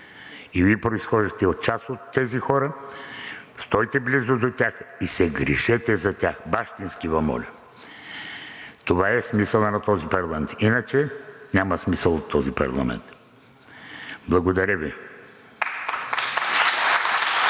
и Вие произхождате от част от тези хора, стойте близо до тях и се грижете за тях, бащински Ви моля! Това е смисълът на този парламент, иначе няма смисъл от този парламент. Благодаря Ви.